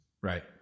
right